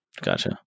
Gotcha